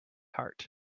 heart